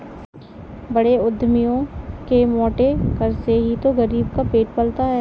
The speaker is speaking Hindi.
बड़े उद्यमियों के मोटे कर से ही तो गरीब का पेट पलता है